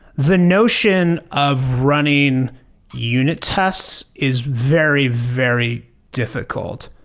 the notion of running unit tests is very, very difficult.